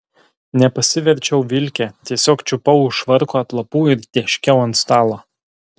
nepasiverčiau vilke tiesiog čiupau už švarko atlapų ir tėškiau ant stalo